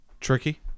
tricky